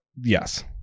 yes